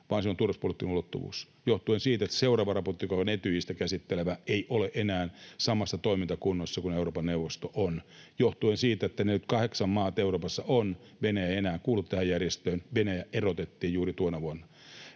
vaan siinä on turvallisuuspoliittinen ulottuvuus johtuen siitä, että Etyj, jota seuraava raportti käsittelee, ei ole enää samassa toimintakunnossa kuin Euroopan neuvosto on, johtuen siitä, että 48 maata Euroopassa on... Venäjä ei enää kuulu tähän järjestöön, Venäjä erotettiin juuri tuona vuonna,